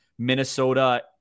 Minnesota